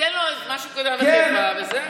ותיתן לו משהו קטן בחיפה וזהו.